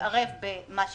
להתערב במה שנעשה.